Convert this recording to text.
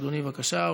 אדוני, בבקשה.